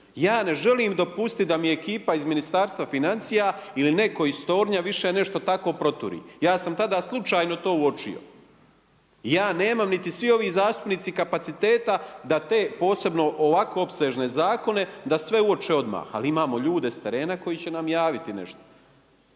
Ja ne želim dopustiti da mi ekipa iz Ministarstva financija ili netko iz tornja više nešto tako proturi, ja sam tada slučajno to uočio, ja nemam niti svi ovi zastupnici kapaciteta da te posebno, ovako opsežne zakone, da sve uoče odmah, ali imamo ljude s terena koji će nam javiti nešto.